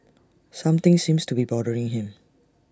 something seems to be bothering him